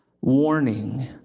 warning